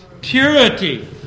Purity